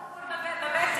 הכול בבטן.